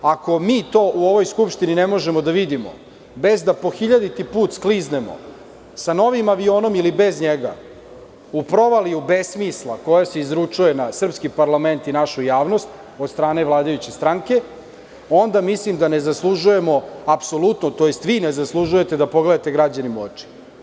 Ako mi to u ovoj Skupštini ne možemo da vidimo bez da po hiljaditi put skliznemo sa novi avionom ili bez njega u provaliju besmisla koje se izručuje na srpski parlament i našu javnost od strane vladajuće stranke, onda mislim da ne zaslužujemo apsolutno, tj. vi ne zaslužujete da pogledate građanima u oči.